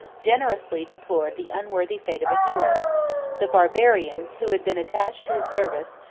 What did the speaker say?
generously deplored the unworthy fate of a hero the barbarians, who had been attached to his service,